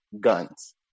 guns